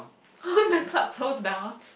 the club close down